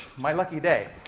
my lucky day.